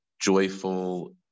joyful